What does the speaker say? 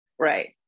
Right